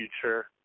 future